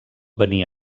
venir